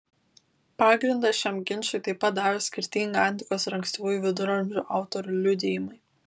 pagrindą šiam ginčui taip pat davė skirtingi antikos ir ankstyvųjų viduramžių autorių liudijimai